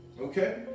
Okay